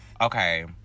Okay